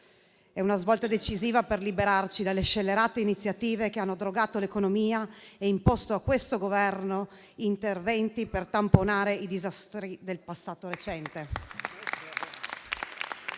È una svolta decisiva per liberarci dalle scellerate iniziative che hanno drogato l'economia e imposto a questo Governo interventi per tamponare i disastri del passato recente.